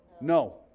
No